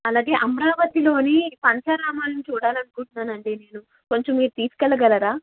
అలాగే అమరావతిలో పంచరామాలని చూడాలని అనుకుంటున్నానండి నేను కొంచెం మీరు తీసుకుని వెళ్ళగలరా